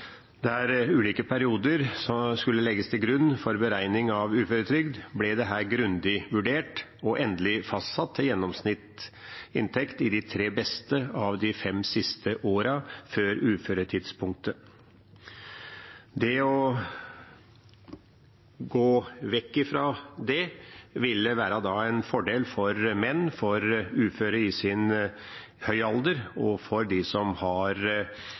der ulike perioder skulle legges til grunn for beregning av uføretrygd, ble dette grundig vurdert og endelig fastsatt til gjennomsnittsinntekt i de tre beste av de fem siste årene før uføretidspunktet. Å gå vekk fra det ville være en fordel for menn, for uføre i høy alder og for dem som har